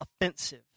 offensive